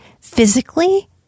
physically